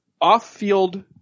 off-field